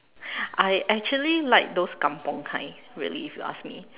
I actually like those kampung kind really if you ask me